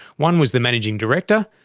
one was the managing director,